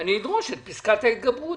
אדרוש את פסקת ההתגברות,